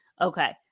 Okay